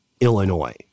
illinois